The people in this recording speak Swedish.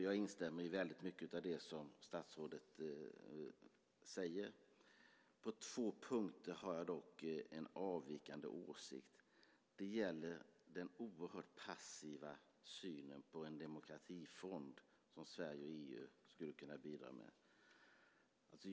Jag instämmer i väldigt mycket av det som statsrådet säger, men på två punkter har jag en avvikande åsikt. Den ena punkten är den oerhört passiva synen på en demokratifond som Sverige och EU skulle kunna bidra med.